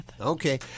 Okay